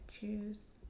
choose